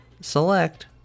select